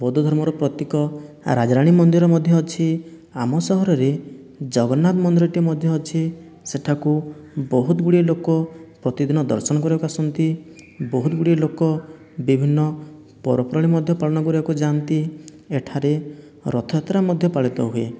ବୌଦ୍ଧ ଧର୍ମର ପ୍ରତିକ ରାଜରାଣୀ ମନ୍ଦିର ମଧ୍ୟ ଅଛି ଆମ ସହରରେ ଜଗନ୍ନାଥ ମନ୍ଦିରଟିଏ ମଧ୍ୟ ଅଛି ସେଠାକୁ ବହୁତ ଗୁଡ଼ିଏ ଲୋକ ପ୍ରତିଦିନ ଦର୍ଶନ କରିବାକୁ ଆସନ୍ତି ବହୁତ ଗୁଡ଼ିଏ ଲୋକ ବିଭିନ୍ନ ପର୍ବପର୍ବାଣି ମଧ୍ୟ ପାଳନ କରିବାକୁ ଯାଆନ୍ତି ଏଠାରେ ରଥଯାତ୍ରା ମଧ୍ୟ ପାଳିତହୁଏ